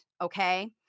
okay